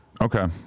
Okay